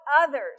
others